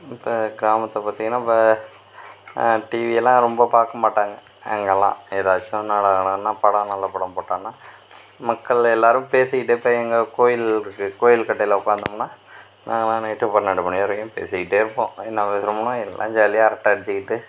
இப்போ கிராமத்தை பார்த்திங்கன்னா இப்போ டிவி எல்லாம் ரொம்ப பார்க்க மாட்டாங்க அங்கேலாம் எதாச்சும் நாடகம் படம் நல்ல படம் போட்டான்னா மக்கள் எல்லாரும் பேசிக்கிட்டே இப்போ எங்கே கோயில் இருக்குது கோயில் கட்டையில உட்காந்தோம்னா நாங்கலாம் நைட் பன்னெண்டு மணி வரைக்கும் பேசிக்கிட்டே இருப்போம் என்ன பேசுறோம்னா எல்லாம் ஜாலியாக அரட்டை அடிச்சிக்கிட்டு